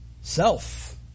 self